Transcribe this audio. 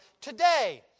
...today